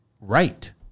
right